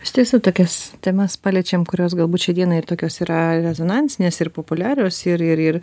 iš tiesų tokias temas paliečiam kurios galbūt šiai dienai yra tokios ir rezonansinės ir populiarios ir ir ir